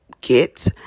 get